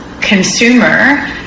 Consumer